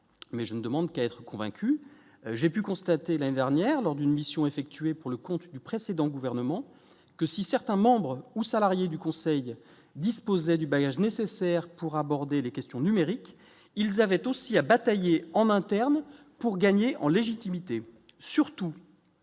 mais je ne demande qu'à être convaincu, j'ai pu constater la dernière lors d'une mission effectuée pour le compte du précédent gouvernement que si certains membres ou salariés du Conseil disposait du bagage nécessaire pour aborder les questions numériques, ils avaient aussi à batailler en interne pour gagner en légitimité